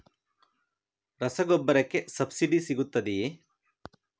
ರಸಗೊಬ್ಬರಕ್ಕೆ ಸಬ್ಸಿಡಿ ಸಿಗುತ್ತದೆಯೇ?